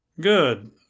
Good